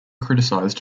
criticized